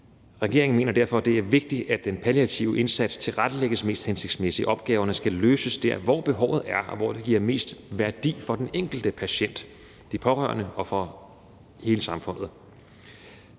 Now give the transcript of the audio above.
Regeringen mener derfor, det er vigtigt, at den palliative indsats tilrettelægges mest hensigtsmæssigt. Opgaverne skal løses der, hvor behovet er, og hvor det giver mest værdi for den enkelte patient, de pårørende og for hele samfundet.